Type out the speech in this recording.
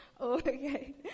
Okay